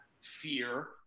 fear